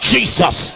Jesus